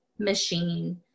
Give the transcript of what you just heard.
machine